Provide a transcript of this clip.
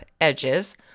edges